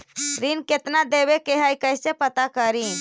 ऋण कितना देवे के है कैसे पता करी?